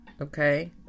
Okay